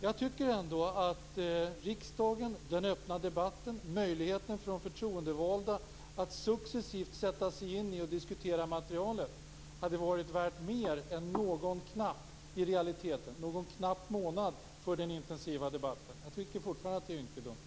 Jag tycker ändå att den öppna debatten i riksdagen, möjligheten för de förtroendevalda att successivt sätta sig in i och diskutera materialet, hade varit värd mer än någon i realiteten knapp månad. Jag tycker fortfarande att det är ynkedom.